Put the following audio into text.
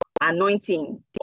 anointing